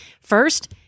First